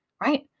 right